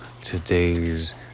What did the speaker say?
today's